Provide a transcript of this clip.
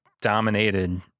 dominated